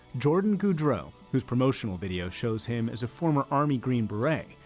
jordan goudreau, whose promotional video shows him as a former army green beret,